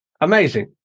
Amazing